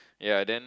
yea then